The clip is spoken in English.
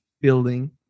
building